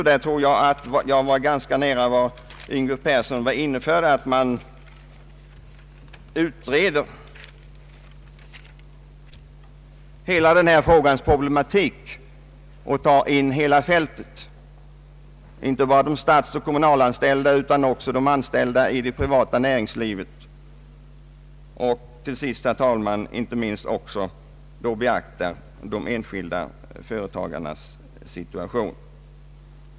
Härvidlag kom jag ganska nära vad herr Yngve Persson var inne på, nämligen att man bör utreda hela frågans problematik och ta med hela fältet, inte bara de statsoch kommunalanställda utan också de anställda inom det privata näringslivet och, herr talman, till sist också beakta de enskilda företagarnas situation.